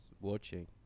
watching